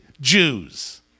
Jews